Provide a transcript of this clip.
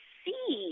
see